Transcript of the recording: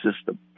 system